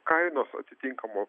kainos atitinkamos